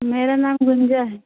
मेरा नाम गुंजा है